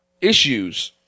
issues